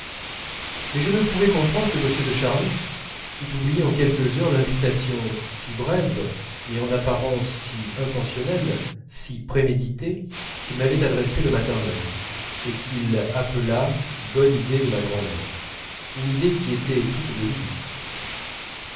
mais je ne pouvais comprendre que m de charlus eût oublié en quelques heures l'invitation si brève mais en apparence si intentionnelle si préméditée qu'il m'avait adressée le matin même et qu'il appelât bonne idée de ma grand'mère une idée qui était toute de lui